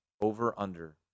over-under